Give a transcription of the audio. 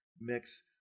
mix